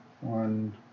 One